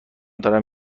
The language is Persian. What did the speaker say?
دارم